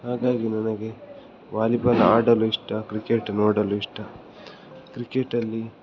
ಹಾಗಾಗಿ ನನಗೆ ವಾಲಿಬಾಲ್ ಆಡಲು ಇಷ್ಟ ಕ್ರಿಕೆಟ್ ನೋಡಲು ಇಷ್ಟ ಕ್ರಿಕೆಟಲ್ಲಿ